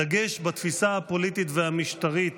הדגש בתפיסה הפוליטית והמשטרית